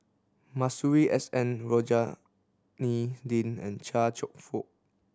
Masuri S N Rohani Din and Chia Cheong Fook